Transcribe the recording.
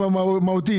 בעניין המהותי,